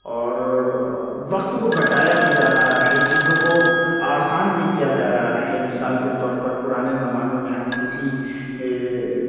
اور وقت کو بچایا بھی جا رہا ہے چیزوں کو آسان بھی کیا جا رہا ہے مثال کے طور پر پرانے زمانوں میں ہم کسی